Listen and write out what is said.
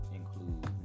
include